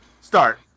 Start